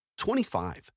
25